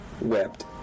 Wept